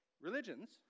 Religions